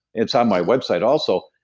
it's on my website also,